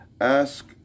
ask